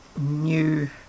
new